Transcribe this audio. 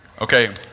Okay